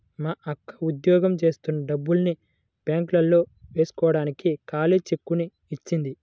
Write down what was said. మా అక్క ఉద్యోగం జేత్తన్న డబ్బుల్ని బ్యేంకులో వేస్కోడానికి ఖాళీ చెక్కుని ఇచ్చింది